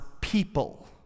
people